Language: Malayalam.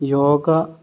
യോഗ